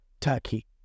Turkey